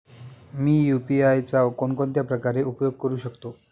मी UPI चा कोणकोणत्या प्रकारे उपयोग करू शकतो?